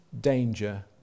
danger